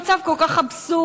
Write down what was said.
המצב כל כך אבסורדי,